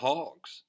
Hogs